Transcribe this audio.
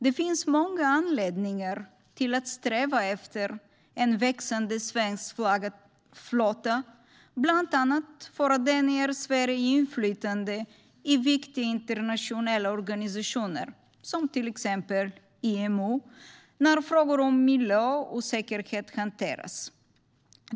Det finns många anledningar till att sträva efter en växande svenskflaggad flotta, bland annat för att det ger Sverige inflytande i viktiga internationella organisationer, till exempel IMO, när frågor om miljö och säkerhet hanteras.